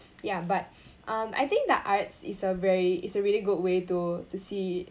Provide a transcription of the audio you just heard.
ya but um I think the arts is a very is a really good way to to see